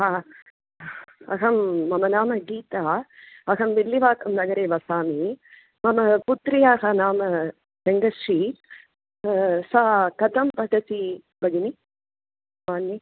अहं मम नाम गीता अहं विल्लिवाक्कं नगरे वसामि मम पुत्र्याः नाम रङ्गश्री सा कथं पठति भगिनि मान्ये